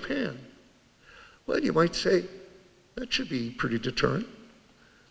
japan what you might say that should be pretty deterrent